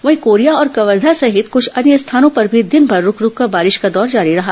वहीं कोरिया और कवर्धा सहित कुछ अन्य स्थानों पर भी दिन भर रूक रूक बारिश का दौर जारी रहा